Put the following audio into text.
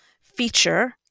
feature